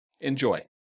Enjoy